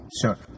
Sure